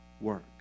work